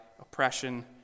oppression